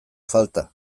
falta